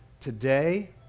Today